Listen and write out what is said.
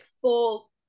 full